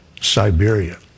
Siberia